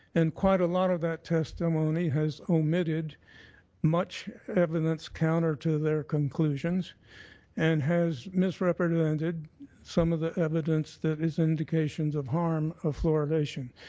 and quite a lot of that testimony has omitted much evidence counter to their conclusions and has misrepresented some of the evidence that is indication of harm of fluoridation.